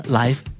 life